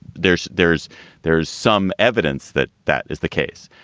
there's there's there's some evidence that that is the case.